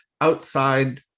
outside